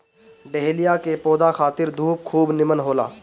dahlia के पौधा खातिर धूप खूब निमन होला